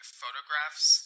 photographs